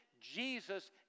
Jesus